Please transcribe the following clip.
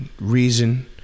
reason